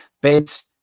beds